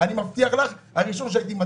אני מבטיח לך שהייתי הראשון להצביע.